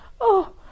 Oh